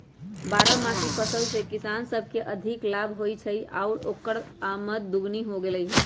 बारहमासी फसल से किसान सब के अधिक लाभ होई छई आउर ओकर आमद दोगुनी हो गेलई ह